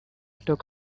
took